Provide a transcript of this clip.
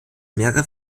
mehrere